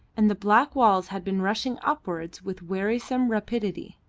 and the black walls had been rushing upwards with wearisome rapidity.